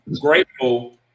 grateful